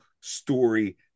story